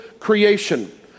Creation